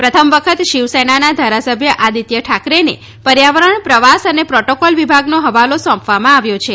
પ્રથમ વખત શિવસેનાના ધારાસભ્ય આદિત્ય ઠાકરેને પર્યાવરણ પ્રવાસ અને પ્રોટોકોલ વિભાગનો હવાલો સોંપવામાં આવ્યો છે